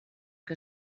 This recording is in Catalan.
que